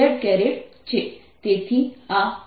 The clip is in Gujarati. તેથી આ z દિશા માટે છે